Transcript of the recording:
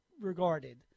regarded